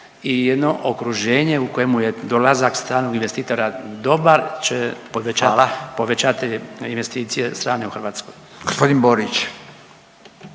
i jedno okruženje u kojemu je dolazak stranog investitora dobar …/Upadica: Hvala./… će povećati, povećati investicije strane u Hrvatskoj.